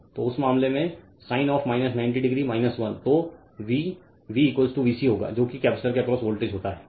तो उस मामले में sin of 90 1 तो V V VC होगा जो कि कपैसिटर के अक्रॉस वोल्टेज होता है